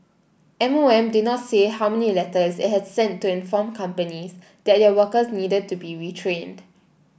M O M did not say how many letters it had sent to inform companies that their workers needed to be retrained